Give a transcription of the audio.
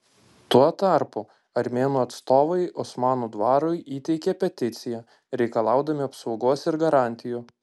tuo tarpu armėnų atstovai osmanų dvarui įteikė peticiją reikalaudami apsaugos ir garantijų